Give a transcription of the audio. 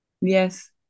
Yes